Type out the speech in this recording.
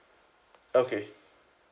okay